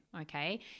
okay